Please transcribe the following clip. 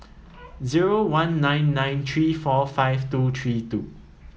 zero one nine nine three four five two three two